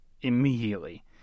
Immediately